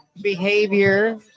behavior